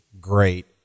great